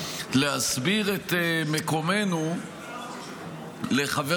להסביר את מקומנו לחבר